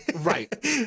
Right